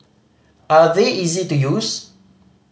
are they easy to use